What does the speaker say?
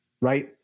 right